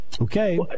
Okay